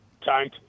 time